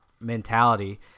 mentality